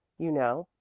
you know,